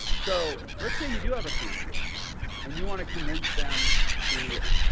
so let's say you do have a family and you want to convince them to,